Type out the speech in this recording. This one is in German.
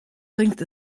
bringt